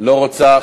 לא רוצה.